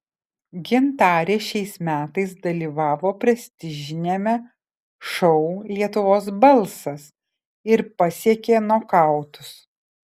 gintarė šiais metais dalyvavo prestižiniame šou lietuvos balsas ir pasiekė nokautus